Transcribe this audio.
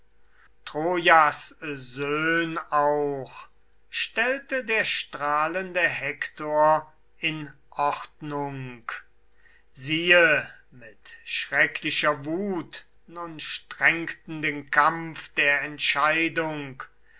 trojas söhn auch stellte der strahlende hektor in ordnung siehe mit schrecklicher wut nun strengten den kampf der entscheidung